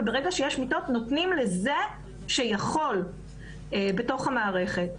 וברגע שיש מיטות נותנים לזה שיכול בתוך המערכת.